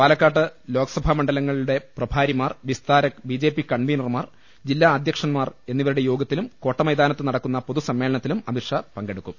പാലക്കാട്ട് ലോക്സഭാ മണ്ഡലങ്ങളുടെ പ്രഭാരിമാർ വിസ്താരക് ബിജെപി കൺവീനർമാർ ജില്ലാ അധ്യക്ഷൻമാർ എന്നിവരുടെ യോഗത്തിലും കോട്ട മൈതാനത്ത് നടക്കുന്ന പൊതു സമ്മേളനത്തിലും അമിത് ഷാ പങ്കെടുക്കും